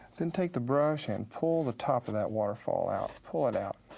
then take the brush and pull the top of that waterfall out, pull it out.